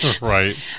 Right